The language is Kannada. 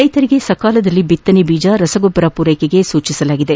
ರೈತರಿಗೆ ಸಕಾಲದಲ್ಲಿ ಬಿತ್ತನೆ ಬೀಜ ರಸಗೊಬ್ಬರ ಪೂರೈಕೆಗೆ ಸೂಚಿಸಲಾಗಿದೆ